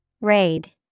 Raid